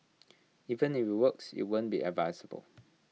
even if IT works IT won't be advisable